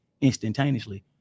instantaneously